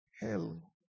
hell